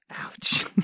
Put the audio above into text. Ouch